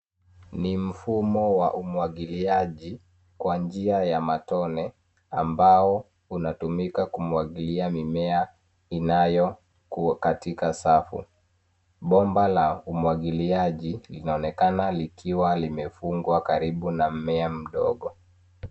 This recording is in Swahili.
Ni mfumo wa umwagiliaji kwa njia ya matone ambao unatumika kumwagilia mimea inayokuwa katika safu. Bomba la umwagiliaji inaonekana ikiwa limefungwa karibu na mmea mdogo.